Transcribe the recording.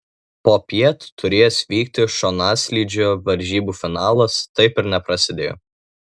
popiet turėjęs vykti šonaslydžio varžybų finalas taip ir neprasidėjo